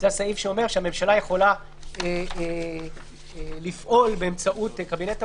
זה הסעיף שאומר שהממשלה יכולה לפעול באמצעות קבינט הקורונה.